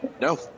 No